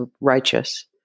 righteous